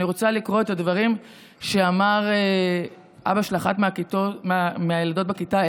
אני רוצה לקרוא את הדברים שאמר עליו אבא של אחת מהילדות בכיתה,